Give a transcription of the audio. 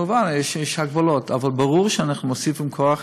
כמובן יש הגבלות, אבל ברור שאנחנו מוסיפים כוח,